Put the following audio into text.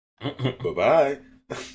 Bye-bye